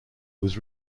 was